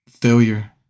failure